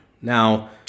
Now